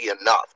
enough